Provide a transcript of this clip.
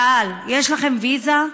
שאל: יש לכם ויזה?